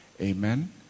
Amen